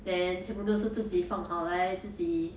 then 全部都是自己放好来自己